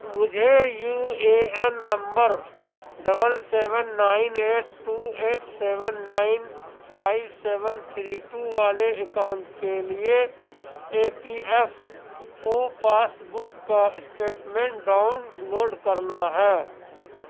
مجھے U A N number double seven nine eight two eight seven nine five seven three two والے account کے لیے E P F O passbook کا statement download کرنا ہے